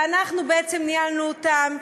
ואנחנו בעצם ניהלנו אותם.